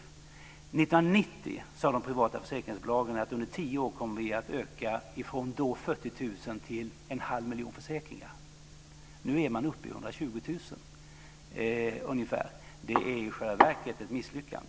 År 1990 sade de privata försäkringsbolagen att de under tio år skulle komma att öka från då 40 000 till en halv miljon försäkringar. Nu är man uppe i 120 000 ungefär. Det är i själva verket ett misslyckande.